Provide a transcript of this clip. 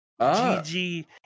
GG